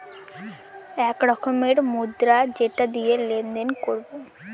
এক রকমের মুদ্রা যেটা দিয়ে লেনদেন করবো